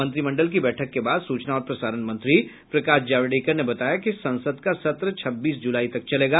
मंत्रिमंडल की बैठक के बाद सूचना और प्रसारण मंत्री प्रकाश जावड़ेकर ने बताया कि संसद का सत्र छब्बीस जुलाई तक चलेगा